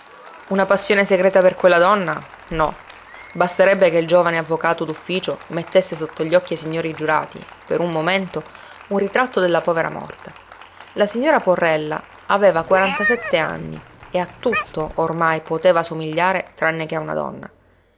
una passione segreta per quella donna no basterebbe che il giovane avvocato d'ufficio mettesse sotto gli occhi ai signori giurati per un momento un ritratto della povera morta la signora porrella aveva quarantasette anni e a tutto ormai poteva somigliare tranne che